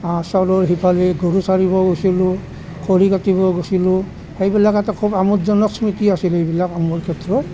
সিফালে গৰু চাৰিব গৈছিলোঁ খৰি কাটিব গৈছিলোঁ সেইবিলাক এটা খুব আমোদজনক স্মৃতি আছিল এইবিলাক মোৰ ক্ষেত্ৰত